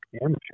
Amateur